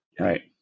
Right